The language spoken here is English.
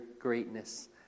greatness